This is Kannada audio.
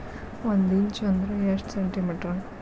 ಒಂದಿಂಚು ಅಂದ್ರ ಎಷ್ಟು ಸೆಂಟಿಮೇಟರ್?